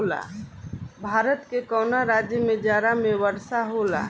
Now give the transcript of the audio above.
भारत के कवना राज्य में जाड़ा में वर्षा होला?